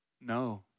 No